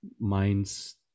minds